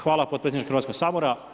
Hvala potpredsjedniče Hrvatskog sabora.